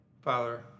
Father